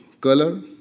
color